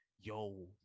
yo